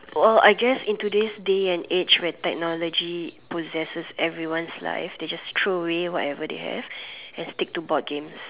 oh I guess in today's day and age where technology possesses everyone's lives they just throw away whatever they have and stick to board games